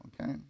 Okay